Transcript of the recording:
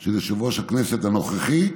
של יושב-ראש הכנסת הנוכחי,